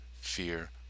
fear